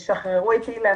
תודה.